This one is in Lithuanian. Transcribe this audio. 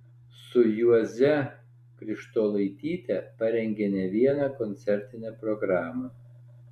su juoze krištolaityte parengė ne vieną koncertinę programą